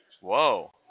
Whoa